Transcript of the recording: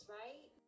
right